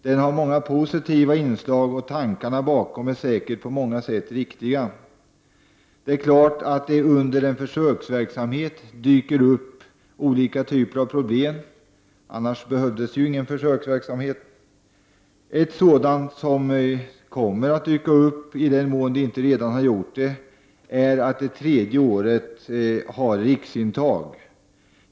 Den har många positiva inslag, och tankarna bakom är säkert på många sätt riktiga. Det är klart att det under en försöksverksamhet dyker upp olika typer av problem, annars behövs ju ingen försöksverksamhet. Ett problem som kommer att dyka upp, i den mån det inte redan har gjort det, är att det tredje året har riksintag.